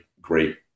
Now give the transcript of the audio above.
great